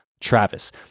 Travis